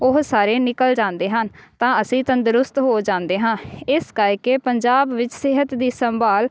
ਉਹ ਸਾਰੇ ਨਿਕਲ ਜਾਂਦੇ ਹਨ ਤਾਂ ਅਸੀਂ ਤੰਦਰੁਸਤ ਹੋ ਜਾਂਦੇ ਹਾਂ ਇਸ ਕਰਕੇ ਪੰਜਾਬ ਵਿੱਚ ਸਿਹਤ ਦੀ ਸੰਭਾਲ